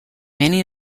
many